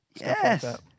Yes